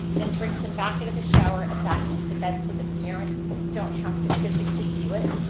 then brings him back into the shower and back into the bed so the parents don't have to physically do it.